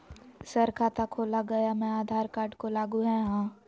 Sir खाता खोला गया मैं आधार कार्ड को लागू है हां?